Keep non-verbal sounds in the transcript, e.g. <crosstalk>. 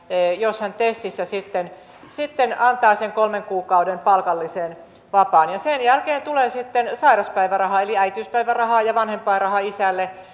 jos hän tesissä sitten sitten antaa sen kolmen kuukauden palkallisen vapaan sen jälkeen tulee sitten sairauspäivärahaa eli äitiyspäivärahaa ja vanhempainrahaa isälle <unintelligible>